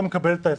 אתה מקבל את ההסבר.